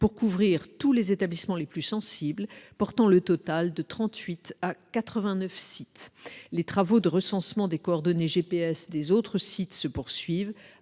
pour couvrir tous les établissements les plus sensibles, portant le total de trente-huit à quatre-vingt-neuf sites. Les travaux de recensement des coordonnées GPS des autres sites se poursuivent,